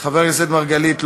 חבר הכנסת מרגלית,